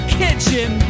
kitchen